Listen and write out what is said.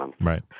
right